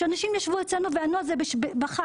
כשאנשים ישבו וענו עליה בחג.